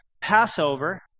Passover